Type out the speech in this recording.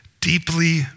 deeply